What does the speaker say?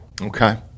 Okay